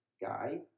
guy